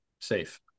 Safe